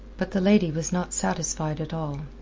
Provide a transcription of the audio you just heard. but the lady was not satisfied at all.